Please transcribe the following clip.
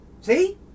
See